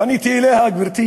פניתי אליה: גברתי,